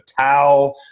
towel